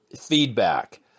feedback